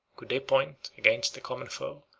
could they point, against the common foe,